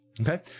Okay